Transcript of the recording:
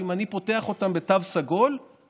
אם אני פותח אותם בתו סגול,